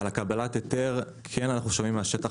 על קבלת ההיתר אנחנו כן שומעים מהשטח